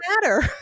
matter